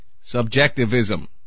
Subjectivism